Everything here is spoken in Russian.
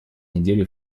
неделе